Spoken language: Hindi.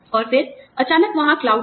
और फिर अचानक वहाँ क्लाउड था